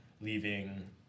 leaving